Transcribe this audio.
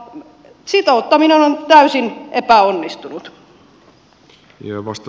sitouttaminen on täysin epäonnistunut